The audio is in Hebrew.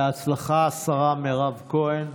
בהצלחה, השרה מירב כהן.